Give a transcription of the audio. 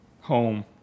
Home